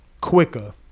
quicker